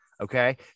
okay